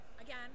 Again